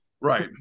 Right